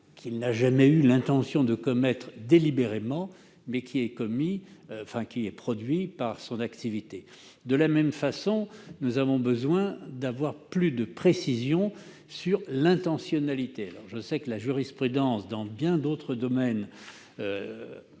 qu'il n'a jamais eu l'intention de commettre délibérément, mais qui a été causé par son activité ? De la même façon, nous avons besoin d'avoir plus de précisions sur l'intentionnalité. Je sais que la jurisprudence, dans bien d'autres domaines,